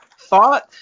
thought